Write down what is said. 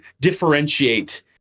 differentiate